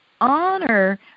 honor